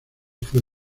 fue